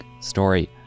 story